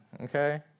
Okay